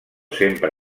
sempre